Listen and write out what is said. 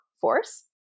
force